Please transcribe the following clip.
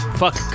fuck